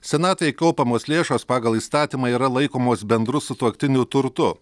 senatvei kaupiamos lėšos pagal įstatymą yra laikomos bendru sutuoktinių turtu